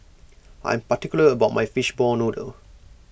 I am particular about my Fishball Noodle